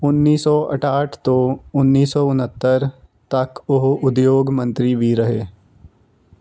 ਉੱਨੀ ਸੌ ਅਠਾਹਠ ਤੋਂ ਉੱਨੀ ਸੌ ਉਣਹੱਤਰ ਤੱਕ ਉਹ ਉਦਯੋਗ ਮੰਤਰੀ ਵੀ ਰਹੇ